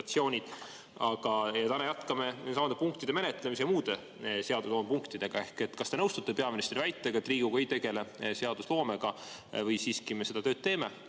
Täna jätkame samade punktide menetlemise ja muude seadusloome punktidega. Kas te nõustute peaministri väitega, et Riigikogu ei tegele seadusloomega, või siiski me seda tööd teeme? Ja